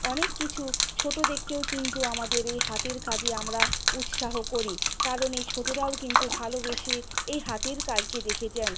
অনেক কিছু ছোটোদেরকেও কিন্তু আমাদের এই হাতের কাজে আমরা উৎসাহ করি কারণ এই ছোটোরাও কিন্তু ভালোবেসে এই হাতের কাজকে দেখেছেন